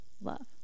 love